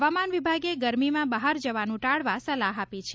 હવામાન વિભાગે ગરમીમાં બહાર જવાનું ટાળવા સલાહ આપી છે